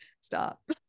stop